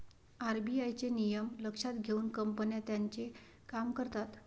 RBI चे नियम लक्षात घेऊन कंपन्या त्यांचे काम करतात